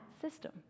system